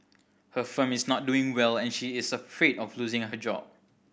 her firm is not doing well and she is afraid of losing her job